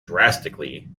drastically